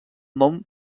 nom